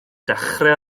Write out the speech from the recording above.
dechrau